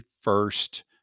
first